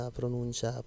pronuncia